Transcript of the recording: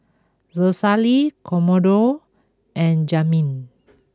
Rosalie Commodore and Jazmin